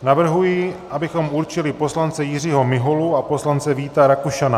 Navrhuji, abychom určili poslance Jiřího Miholu a poslance Víta Rakušana.